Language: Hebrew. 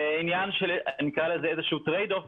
בעניין של נקרא לזה איזה שהוא טרייד אוף